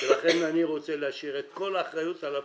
לכן אני רוצה להשאיר את כל האחריות על הפקידות,